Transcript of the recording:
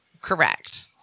Correct